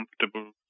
comfortable